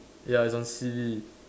ya it's on silly